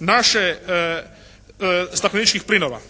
naših stakleničkih plinova.